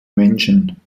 menschen